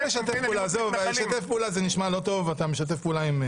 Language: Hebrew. עזוב, "משתף פעולה" נשמע לא טוב, אבל